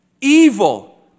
evil